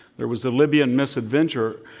there was the libyan misadventure.